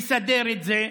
לסדר את זה,